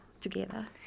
together